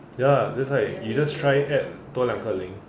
ya lah that's why you just try add 多两个零